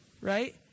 Right